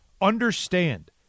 understand